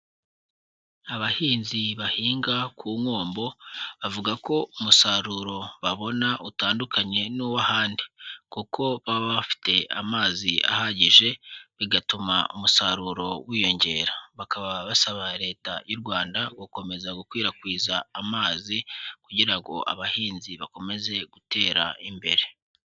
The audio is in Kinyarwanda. Abahinzi bahinga ku Nkombo, bavuga ko umusaruro babona utandukanye n'uw'ahandi kuko baba bafite amazi ahagije, bigatuma umusaruro wiyongera, bakaba basaba Leta y'u Rwanda gukomeza gukwirakwiza amazi kugira ngo abahinzi bakomeze gutera imbere.